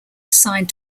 assigned